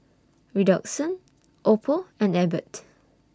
Redoxon Oppo and Abbott